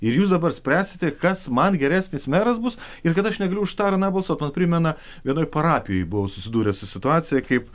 ir jūs dabar spręsite kas man geresnis meras bus ir kad aš negaliu už tą ar aną balsuot man primena vienoj parapijoj buvau susidūręs su situacija kaip